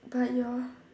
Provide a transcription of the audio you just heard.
but your